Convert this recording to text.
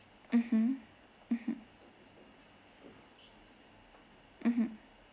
mmhmm mmhmm mmhmm